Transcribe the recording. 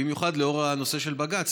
במיוחד לאור הנושא של בג"ץ,